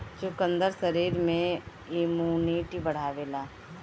चुकंदर शरीर में इमुनिटी बढ़ावेला